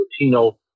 Latino